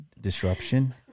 disruption